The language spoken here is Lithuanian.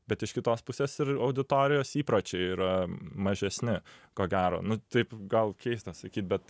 bet iš kitos pusės ir auditorijos įpročiai yra mažesni ko gero nu taip gal keista sakyt bet